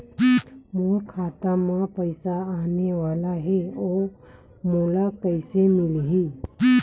मोर खाता म पईसा आने वाला हे ओहा मोला कइसे मिलही?